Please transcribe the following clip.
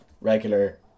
regular